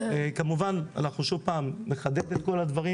כמובן אנחנו נחדד את כל הדברים